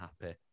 happy